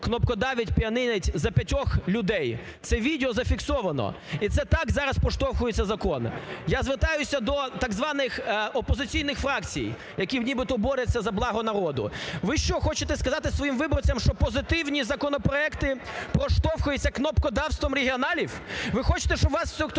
кнопкодавить за п'ятьох людей. Це відео зафіксовано. І це так зараз проштовхується закон. Я звертаюся до так званих опозиційних фракцій, які нібито борються за благо народу. Ви що, хочете сказати своїм виборцям, що позитивні законопроекти проштовхуються кнопкодавством регіоналів? Ви хочете, щоб вас… хтось